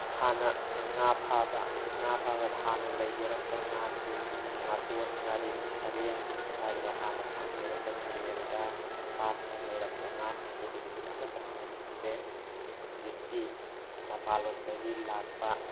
ꯍꯥꯟꯅ ꯉꯥ ꯐꯥꯕ ꯉꯥ ꯐꯥꯕꯗ ꯍꯥꯟꯅ ꯂꯩꯖꯔꯝꯕ ꯉꯥꯁꯤꯡ ꯉꯥꯇꯣꯟ ꯉꯥꯔꯤꯟ ꯁꯔꯦꯡ ꯍꯥꯏꯔꯤꯕ ꯍꯥꯟꯅ ꯐꯪꯖꯔꯝꯕ ꯇꯨꯔꯦꯟꯗ ꯄꯥꯠꯇ ꯂꯩꯔꯝꯕ ꯉꯥꯁꯤꯡꯗꯨ ꯍꯧꯖꯤꯛꯇꯤ ꯑꯃꯠꯇ ꯐꯪꯈꯤꯗ꯭ꯔꯦ ꯍꯧꯖꯤꯛꯇꯤ ꯃꯄꯥꯟꯂꯣꯝꯗꯒꯤ ꯂꯥꯛꯄ